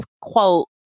quote